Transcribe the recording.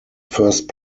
first